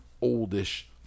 oldish